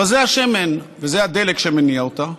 אבל זה השמן וזה הדלק שמניע אותה,